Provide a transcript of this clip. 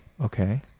Okay